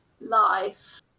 life